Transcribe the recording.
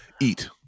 eat